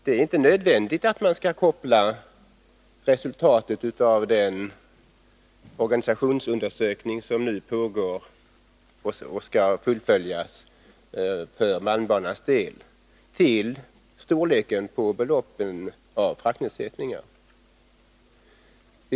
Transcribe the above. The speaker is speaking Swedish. Det är inte nödvändigt att koppla resultatet av den organisationsutredning beträffande malmbanan som nu pågår till storleken på fraktnedsättningsbeloppen.